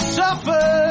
suffer